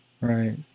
Right